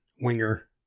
Winger